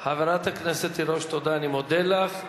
חברת הכנסת תירוש, אני מודה לך.